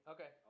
Okay